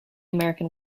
american